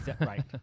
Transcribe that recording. Right